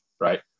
right